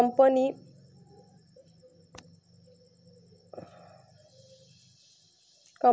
company मालकाने त्याच्या कर्मचाऱ्यांना मेडिकेअर सुविधा आणि सामाजिक सुरक्षा प्रदान करायला पाहिजे